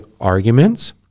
arguments